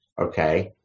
okay